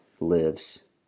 lives